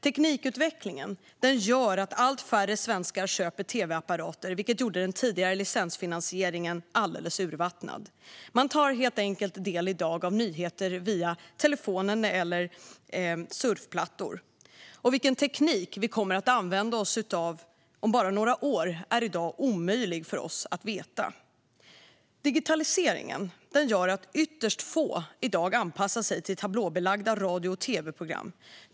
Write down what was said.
Teknikutvecklingen gör att allt färre svenskar köper tv-apparater, vilket gjorde den tidigare licensfinansieringen alldeles urvattnad. I dag tar man helt enkelt del av nyheter via telefoner eller surfplattor. Och vilken teknik vi kommer att använda oss av om bara några år är i dag omöjligt för oss att veta. Digitaliseringen gör att ytterst få i dag anpassar sig till tablålagda radio och tv-program.